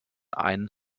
ein